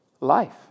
life